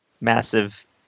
massive